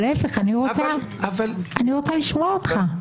להפך, אני רוצה לשמוע אותך.